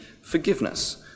forgiveness